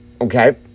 okay